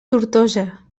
tortosa